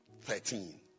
thirteen